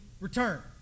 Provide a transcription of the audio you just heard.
return